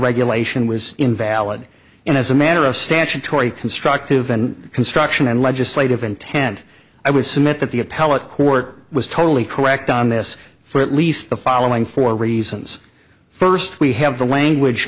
regulation was invalid and as a matter of statutory constructive and construction and legislative intent i would submit that the appellate court was totally correct on this for at least the following four reasons first we have the language